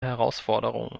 herausforderungen